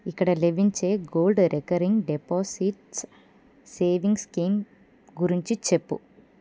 ఇక్కడ లభించే gold recurring deposits saving scheme గురించి చెప్పుము